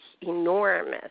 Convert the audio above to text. enormous